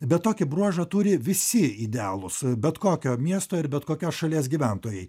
bet tokį bruožą turi visi idealūs bet kokio miesto ir bet kokios šalies gyventojai